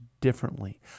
differently